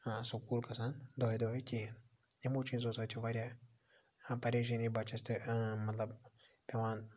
school گَژھان دۄہَے دۄہَے کِہیٖنۍ یِمو چیٖزو سۭتۍ چھِ واریاہ پریشٲنی بَچَس تہِ مَطلَب پٮ۪وان